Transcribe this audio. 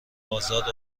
ازاد